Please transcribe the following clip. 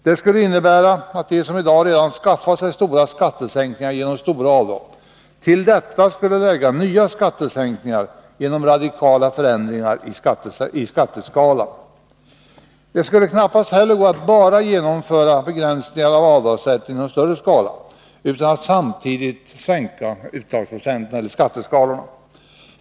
Det skulle innebära att de som i dag redan skaffat sig stora skattesänkningar genom stora avdrag till detta skulle lägga nya skattesänkningar genom radikala förändringar i skatteskalan. Det skulle knappast heller gå att bara genomföra begränsningar av avdragsrätten utan att samtidigt sänka skalorna.